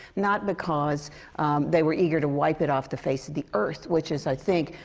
not because they were eager to wipe it off the face of the earth. which is, i think,